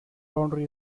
boundary